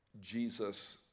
Jesus